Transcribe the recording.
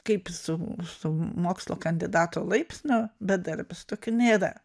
kaip su su mokslų kandidato laipsniu bedarbis tokio nėra